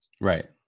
Right